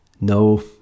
No